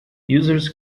users